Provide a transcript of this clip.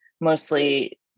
mostly